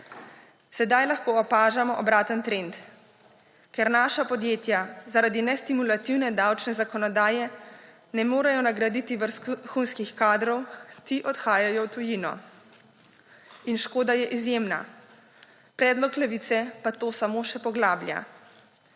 Sedaj lahko opažamo obraten trend. Ker naša podjetja zaradi nestimulativne davčne zakonodaje ne morejo nagraditi vrhunskih kadrov, ti odhajajo v tujino in škoda je izjemna. Predlog Levice pa to samo še poglablja.